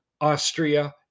Austria